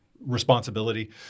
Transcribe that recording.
responsibility